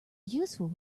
useful